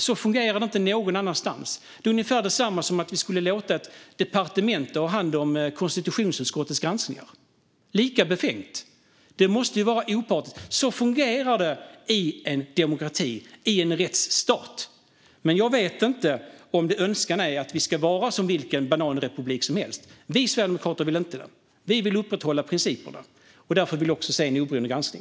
Så fungerar det inte någonstans. Det är ungefär detsamma som att låta ett departement ta hand om konstitutionsutskottets granskningar. Det är lika befängt. Det måste vara opartiskt. Så fungerar det i en demokrati - i en rättsstat. Jag vet inte om önskan är att Sverige ska vara som vilken bananrepublik som helst. Vi sverigedemokrater vill inte det, utan vi vill upprätthålla principerna. Därför vill jag se en oberoende granskning.